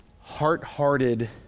heart-hearted